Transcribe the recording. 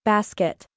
Basket